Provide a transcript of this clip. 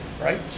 right